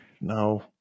No